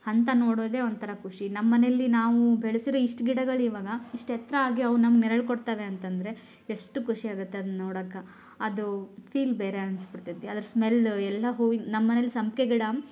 ಹಂತ ನೋಡೋದೇ ಒಂಥರ ಖುಷಿ ನಮ್ಮನೇಲಿ ನಾವು ಬೆಳೆಸಿರೋ ಇಷ್ಟು ಗಿಡಗಳು ಇವಾಗ ಇಷ್ಟು ಎತ್ತೆ ಆಗಿ ಅವು ನಮ್ಗೆ ನೆರಳು ಕೊಡ್ತಾವೆ ಅಂತ ಅಂದ್ರೆ ಎಷ್ಟು ಖುಷಿ ಆಗುತ್ತೆ ಅದು ನೋಡೋಕೆ ಅದು ಫೀಲ್ ಬೇರೆ ಅನ್ನಿಸ್ಬಿಡ್ತೈತಿ ಅದ್ರ ಸ್ಮೆಲ್ ಎಲ್ಲ ಹೂವಿನ ನಮ್ಮನೇಲಿ ಸಂಪಿಗೆ ಗಿಡ